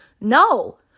No